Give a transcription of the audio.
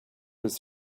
his